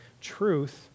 truth